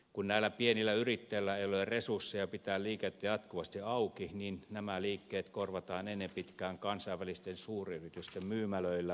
kun näillä pienillä yrittäjillä ei ole resursseja pitää liikettä jatkuvasti auki niin nämä liikkeet korvataan ennen pitkää kansainvälisten suuryritysten myymälöillä ostoskeskuksissa